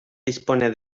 dispone